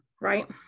right